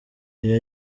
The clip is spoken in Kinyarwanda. iyo